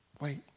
Wait